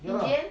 in the end